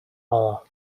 more